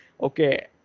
Okay